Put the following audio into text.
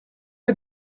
are